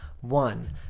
One